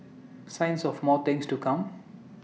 signs of more things to come